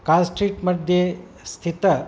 car street मध्ये स्थित